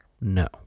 no